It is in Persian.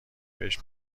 بهش